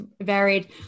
Varied